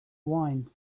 wine